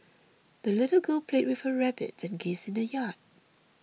the little girl played with her rabbit and geese in the yard